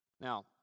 Now